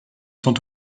tant